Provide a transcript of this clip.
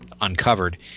uncovered